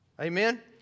Amen